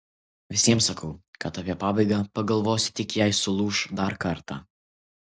visiems sakau kad apie pabaigą pagalvosiu tik jei sulūš dar kartą